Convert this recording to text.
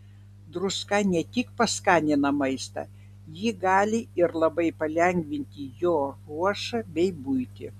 druska ne tik paskanina maistą ji gali ir labai palengvinti jo ruošą bei buitį